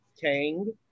Kang